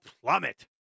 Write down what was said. plummet